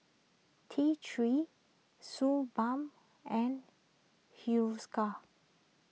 T three Suu Balm and Hiruscar